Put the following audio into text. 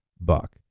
buck